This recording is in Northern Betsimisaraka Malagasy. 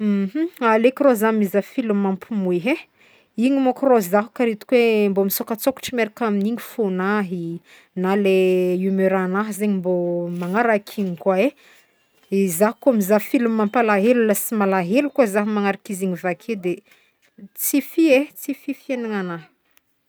Aleoko rô za mizaha filma mampimoehy e, igny mônko rô zaho karaha hitako hoe mbô misokatsôkatsôkatra miaraka amin'igny fô'gnahy na le humeurgnahy zegny mbô manaraka igny koa e, izaho koa mizaha filma mampalahelo lasa malahelo koa za manaraka izy igny vakeo de tsy fy e, tsy fy fiaignagn'agnahy.